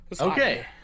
Okay